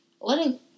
Letting